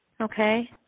Okay